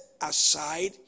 aside